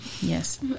Yes